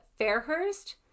Fairhurst